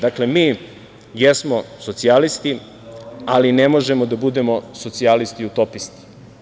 Dakle, mi jesmo socijalisti, ali ne možemo da budemo socijalisti utopisti.